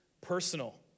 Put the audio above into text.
personal